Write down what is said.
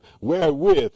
wherewith